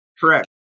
Correct